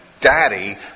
daddy